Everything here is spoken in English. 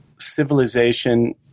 civilization